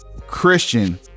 Christian